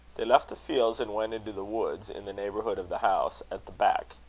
they left the fields, and went into the woods in the neighbourhood of the house, at the back.